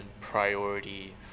priority